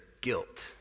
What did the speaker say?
guilt